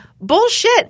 Bullshit